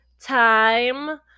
time